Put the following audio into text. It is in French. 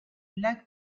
lac